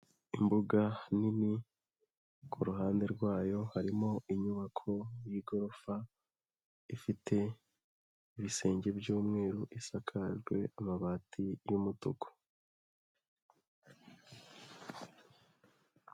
Imbuga nini ku ruhande rwayo harimo inyubako y'igorofa ifite ibisenge by'umweru isakajwe amabati y'umutuku.